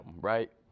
Right